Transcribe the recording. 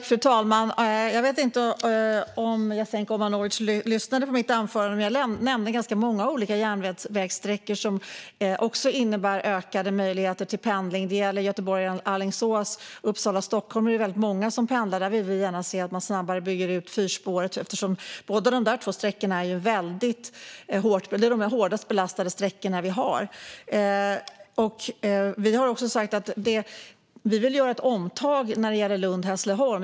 Fru talman! Jag vet inte om Jasenko Omanovic lyssnade på mitt anförande. Jag nämnde många olika järnvägssträckor som också innebär ökade möjligheter till pendling, till exempel sträckorna Göteborg-Alingsås och Uppsala-Stockholm. Där är det väldigt många som pendlar, och vi vill att man bygger ut fyrspårig järnväg där. Dessa sträckor är de som är hårdast belastade. Vi vill göra ett omtag när det gäller sträckan Lund-Hässleholm.